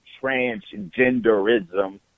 transgenderism